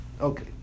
Okay